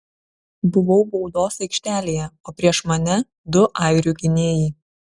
buvau baudos aikštelėje o prieš mane du airių gynėjai